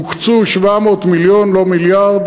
הוקצו 700 מיליון, לא מיליארד.